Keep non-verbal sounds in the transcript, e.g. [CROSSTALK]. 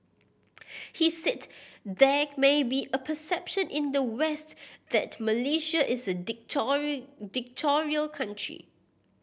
he said there may be a perception in the West that Malaysia is a [UNINTELLIGIBLE] country